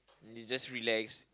is just relax